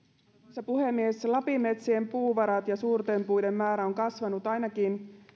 arvoisa puhemies lapin metsien puuvarat ja suurten puiden määrä ovat kasvaneet ainakin